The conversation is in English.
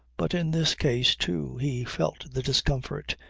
but in this case too he felt the discomfort,